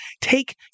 take